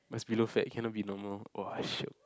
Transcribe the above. must be low fat cannot be normal !wah! shiok